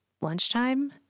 lunchtime